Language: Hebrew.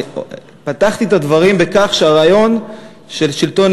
פתחתי את הדברים בכך שהרעיון של שלטון